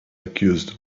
accused